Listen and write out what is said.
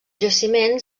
jaciment